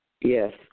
Yes